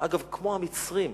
אגב כמו המצרים העתיקים.